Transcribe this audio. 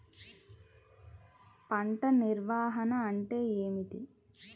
పంట నిర్వాహణ అంటే ఏమిటి?